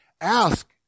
Ask